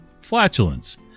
flatulence